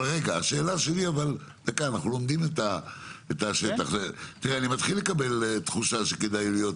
אנחנו לומדים את השטח ואני מתחיל לקבל תחושה שכדאי להיות